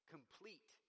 Complete